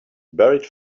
buried